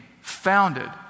founded